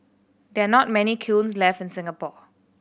there are not many kilns left in Singapore